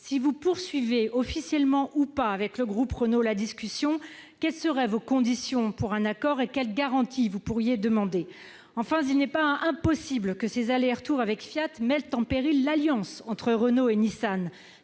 si vous poursuivez, officiellement ou pas, avec le groupe Renault la discussion ? Quelles seraient vos conditions pour un accord ? Quelles garanties pourriez-vous demander ? Enfin, il n'est pas impossible que ces allers et retours avec Fiat mettent en péril l'alliance entre Renault et Nissan.